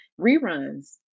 reruns